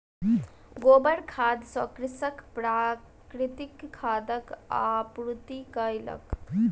गोबर खाद सॅ कृषक प्राकृतिक खादक आपूर्ति कयलक